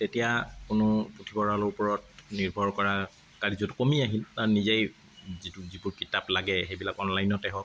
তেতিয়া কোনো পুথিভঁৰালৰ ওপৰত নিৰ্ভৰ কৰা কাৰ্যটো কমি আহিল নিজেই যিটো যিবোৰ কিতাপ লাগে সেইবিলাক অনলাইনতে হওক